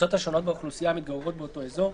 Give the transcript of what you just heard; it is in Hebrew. לקבוצות השונות באוכלוסייה המתגוררות באותו אזור,